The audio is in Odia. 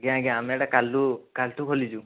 ଆଜ୍ଞା ଆଜ୍ଞା ଆମେ ଏଇଟା କଲୁ କାଲିଠୁ ଖୋଲିଛୁ